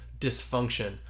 dysfunction